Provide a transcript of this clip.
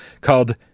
called